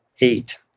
eight